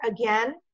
again